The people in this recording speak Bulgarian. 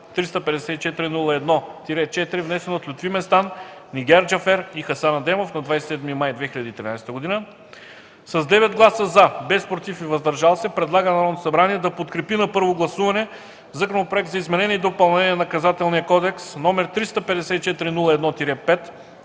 354-01-4, внесен от Лютви Местан, Нигяр Джафер и Хасан Адемов на 27 май 2013 г. С 9 гласа „за”, без „против” и „въздържал се”, предлага на Народното събрание да подкрепи на първо гласуване Законопроект за изменение и допълнение на Наказателния кодекс, № 354-01-5,